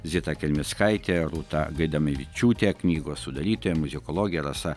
zita kelmickaitė rūta gaidamavičiūtė knygos sudarytoja muzikologė rasa